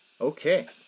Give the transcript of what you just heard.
Okay